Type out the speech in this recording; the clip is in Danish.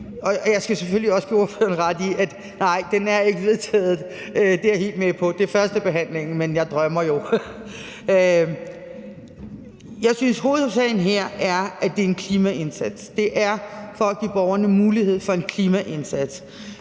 jeg skal selvfølgelig også give ordføreren ret i, at nej, det er ikke vedtaget – det er jeg helt med på; det her er førstebehandlingen, men jeg drømmer jo. Jeg synes, at hovedsagen her er, at det er en klimaindsats. Det handler om at give borgerne mulighed for gøre en klimaindsats.